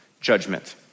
judgment